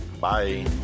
Bye